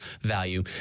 value